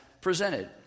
presented